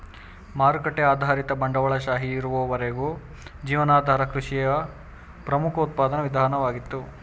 ಮಾರುಕಟ್ಟೆ ಆಧಾರಿತ ಬಂಡವಾಳಶಾಹಿ ಬರುವವರೆಗೂ ಜೀವನಾಧಾರ ಕೃಷಿಯು ಪ್ರಮುಖ ಉತ್ಪಾದನಾ ವಿಧಾನವಾಗಿತ್ತು